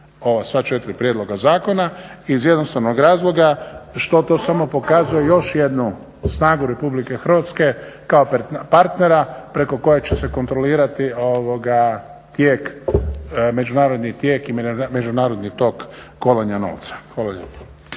sva četiri prijedloga zakona iz jednostavnog razloga što to samo pokazuje još jednu snagu Republike Hrvatske kao partnera preko kojeg će se kontrolirati tijek, međunarodni tijek i međunarodni tok kolanja novca. Hvala lijepa.